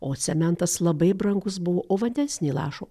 o cementas labai brangus buvo o vandens nė lašo